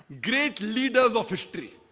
great leaders of history